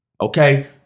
Okay